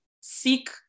seek